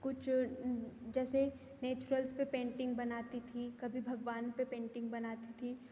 कुछ जैसे नेचुरल्स पर पेंटिंग बनाती थी कभी भगवान पर पेंटिंग बनाती थी